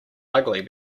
ugly